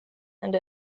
and